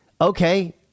okay